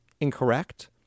incorrect